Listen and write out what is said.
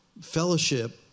fellowship